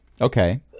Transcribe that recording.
Okay